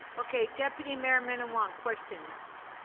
okay. deputy mayor minnan-wong, questions.